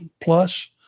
plus